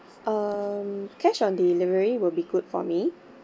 um cash on delivery will be good for me